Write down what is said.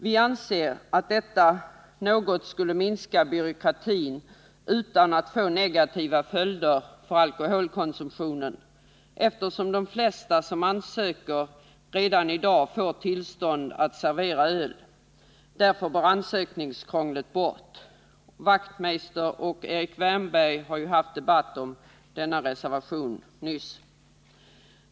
Vi anser att detta något skulle minska byråkratin utan att få negativa följder för alkoholkonsumtionen, eftersom de flesta som ansöker därom redan i dag får tillstånd att servera öl. Därför bör ansökningskrånglet bort. Knut Wachtmeister och Erik Wärnberg har nyss debatterat den reservationen.